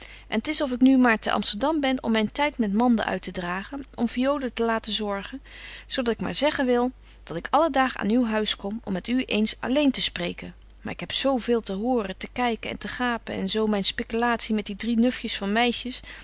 en t is of ik nu maar te amsterdam ben om myn tyd met manden uit te dragen om fiolen te laten zorgen zo dat ik maar zeggen wil dat ik alle daag aan uw huis kom om met u eens alleen te spreken maar ik heb zo veel te horen te kyken en te gapen en zo betje wolff en aagje deken historie van mejuffrouw sara burgerhart myn spikkelatie met die drie nufjes van meisjes